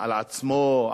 על עצמו?